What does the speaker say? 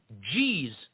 G's